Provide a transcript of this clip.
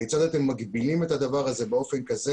כיצד אתם מגבילים את הדבר הזה באופן כזה